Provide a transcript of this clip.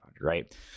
right